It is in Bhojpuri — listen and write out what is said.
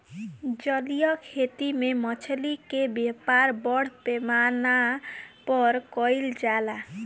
जलीय खेती में मछली के व्यापार बड़ पैमाना पर कईल जाला